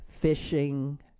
fishing